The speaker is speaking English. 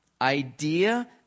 idea